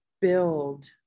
build